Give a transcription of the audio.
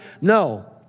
No